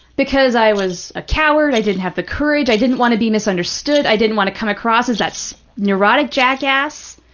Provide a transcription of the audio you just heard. because i was a coward, i didn't have the courage. i didn't want to be misunderstood. i didn't want to come across as that neurotic jackass.